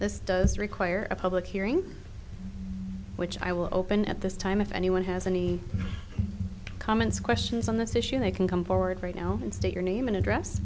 this does require a public hearing which i will open at this time if anyone has any comments questions on this issue they can come forward right now and state your name and address